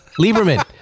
Lieberman